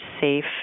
safe